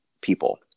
people